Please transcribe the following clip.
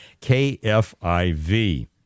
KFIV